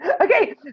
okay